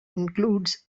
includes